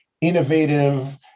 innovative